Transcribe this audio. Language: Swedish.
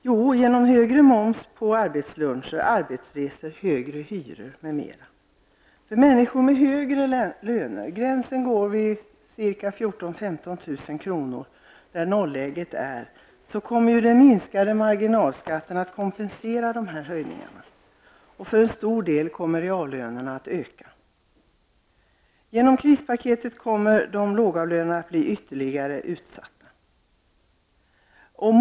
Jo, genom högre moms på arbetsluncher och arbetsresor, högre hyror m.m. För människor med högre löner -- gränsen går vid 14 000--15 000 kr. där nolläget finns -- kommer den minskade marginalskatten att kompensera dessa höjningar, och för en stor del av befolkningen kommer reallönerna att öka. De lågavlönade kommer att bli ytterligare utsatta genom krispaketet.